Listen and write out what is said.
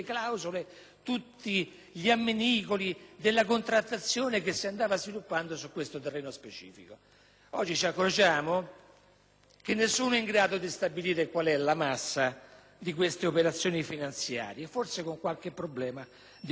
Oggi ci accorgiamo che nessuno è in grado di stabilire la massa di queste operazioni finanziarie, forse con qualche problema di corruzione